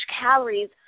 calories